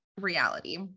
reality